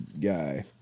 guy